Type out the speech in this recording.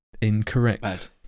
Incorrect